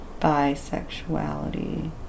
bisexuality